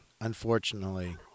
unfortunately